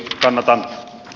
tämä tämä